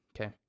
okay